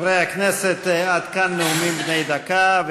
חברי הכנסת, עד כאן נאומים בני דקה.